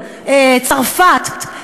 צרפת,